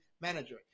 manager